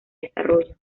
desarrollo